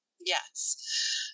yes